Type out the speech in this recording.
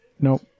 Nope